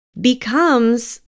becomes